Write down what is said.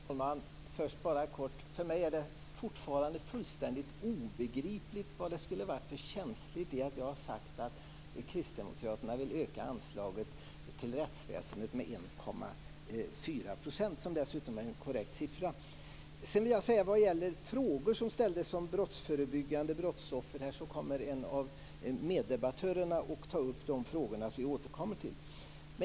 Herr talman! Först vill jag bara kort säga att det för mig fortfarande är fullständigt obegripligt vad det skulle vara för känsligt i att jag sagt att kristdemokraterna vill öka anslaget till rättsväsendet med 1,4 %, vilket dessutom är en korrekt siffra. När det gäller de frågor som ställdes om brottsförebyggande och brottsoffer kommer en av meddebattörerna att ta upp de frågorna, som vi alltså återkommer till.